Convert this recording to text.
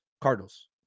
Cardinals